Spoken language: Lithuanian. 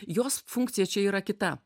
jos funkcija čia yra kita